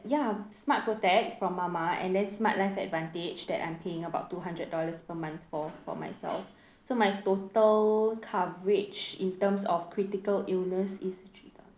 ya Smart Protect from mama and then Smart Life Advantage that I'm paying about two hundred dollars per month for for myself so my total coverage in terms of critical illness is three thousand